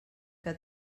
que